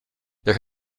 there